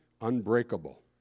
unbreakable